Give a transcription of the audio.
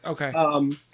Okay